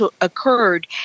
occurred